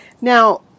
Now